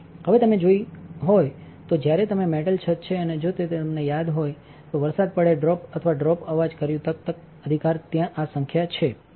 હવે તમે જોઈ હોય તો જ્યારે ત્યાં મેટલ છત છે અને જો તે આવે છે કે જો વરસાદ પડે ડ્રોપ દ્વારા ડ્રોપ અવાજ કર્યુંતકતકતકઅધિકાર આ સંખ્યા sputter છે